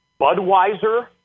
Budweiser